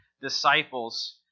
disciples